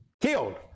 killed